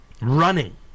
running